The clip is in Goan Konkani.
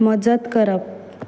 मजत करप